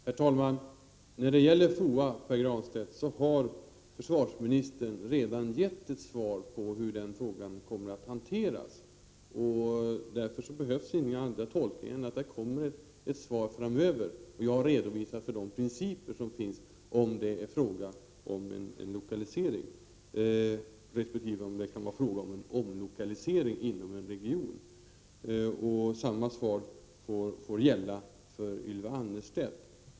Herr talman! När det gäller FOA har försvarsministern redan gett ett svar på hur den frågan kommer att hanteras, Pär Granstedt. Därför behövs inga andra tolkningar än att det kommer ett svar framöver. Jag har redovisat de principer som finns om det är fråga om en lokalisering resp. om det är fråga om en omlokalisering inom en region. Samma svar får gälla för Ylva Annerstedt.